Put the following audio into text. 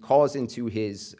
calls into his